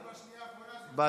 אני הגעתי בשנייה האחרונה, אדוני.